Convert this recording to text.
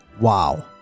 Wow